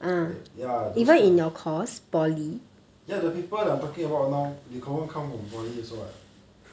the ya those kind of ya the people I'm talking about now they confirm come from poly~ also